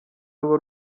ruba